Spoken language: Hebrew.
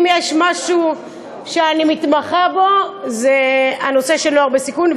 אם יש משהו שאני מתמחה בו זה הנושא של נוער בסיכון,